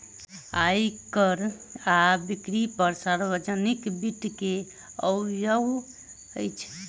आय कर आ बिक्री कर सार्वजनिक वित्त के अवयव अछि